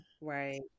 Right